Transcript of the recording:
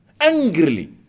angrily